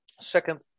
Second